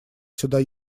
сюда